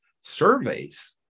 surveys